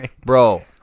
bro